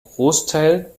großteil